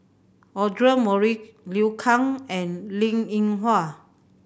Audra Morrice Liu Kang and Linn In Hua